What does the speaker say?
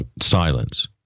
Silence